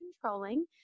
controlling